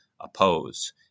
oppose